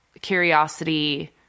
curiosity